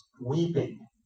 weeping